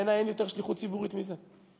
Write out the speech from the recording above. בעיני אין שליחות ציבורית יותר מזה.